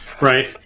Right